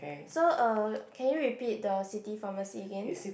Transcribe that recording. so uh can you repeat the city pharmacy again